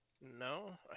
No